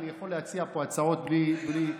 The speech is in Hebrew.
אני יכול להציע פה הצעות בלי,